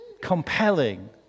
compelling